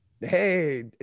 Hey